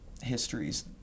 histories